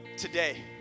today